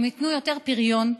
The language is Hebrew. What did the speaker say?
הם ייתנו יותר פריון.